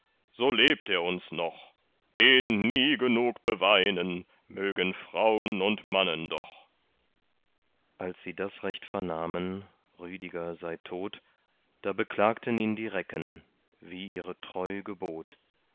so lebt er uns noch den nie genug beweinen mögen fraun und mannen doch als sie das recht vernahmen rüdiger sei tot da beklagten ihn die recken wie ihre treu gebot